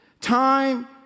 time